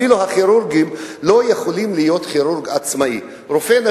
אפילו הכירורגים לא יכולים להיות כירורגים עצמאיים.